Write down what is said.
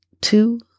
two